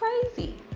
crazy